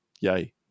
Yay